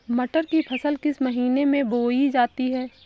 मटर की फसल किस महीने में बोई जाती है?